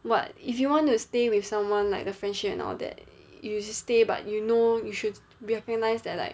what if you want to stay with someone like the friendship and all that you you stay but you know you recognised that like